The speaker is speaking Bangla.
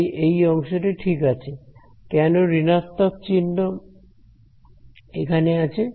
তাই এই অংশটি ঠিক আছে কেন ঋণাত্মক চিহ্ন এখানে আছে